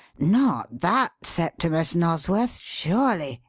not that septimus nosworth, surely